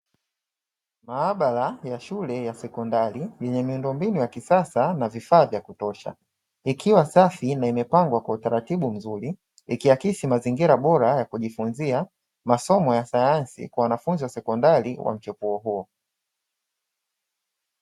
Maabara ya shule ya sekondari yenye miundo mbinu ya kisasa na vifaa vya kutosha, ikiwa safi na imepangwa kwa utaratibu mzuri ikihakisi mazingira bora ya kujifunzia masomo ya sayansi, kwa wanafunzi wa sekondari wa mchepuo huo .